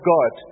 God